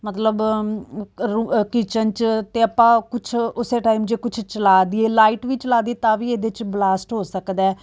ਮਤਲਬ ਰੁ ਅ ਕਿਚਨ 'ਚ ਅਤੇ ਆਪਾਂ ਕੁਛ ਉਸ ਟਾਈਮ ਜੇ ਕੁਛ ਚਲਾ ਦੇਈਏ ਲਾਈਟ ਵੀ ਚਲਾ ਦੇਈਏ ਤਾਂ ਵੀ ਇਹਦੇ 'ਚ ਬਲਾਸਟ ਹੋ ਸਕਦਾ